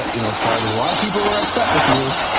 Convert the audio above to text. you know, paul, there's a lot of people who are upset with you.